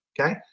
okay